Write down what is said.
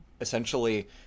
essentially